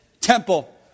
temple